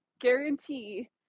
guarantee